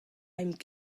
aimp